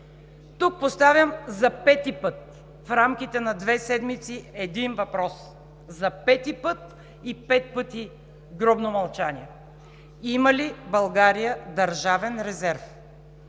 Тук поставям за пети път в рамките на две седмици един въпрос. За пети път! И пет пъти – гробно мълчание! Има ли България държавен резерв?